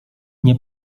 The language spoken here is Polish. nie